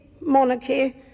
monarchy